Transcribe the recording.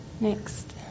Next